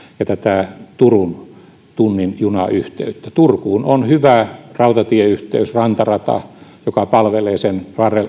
ja tätä turun tunnin junayhteyttä turkuun on hyvä rautatieyhteys rantarata joka palvelee sen